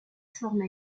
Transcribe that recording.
forme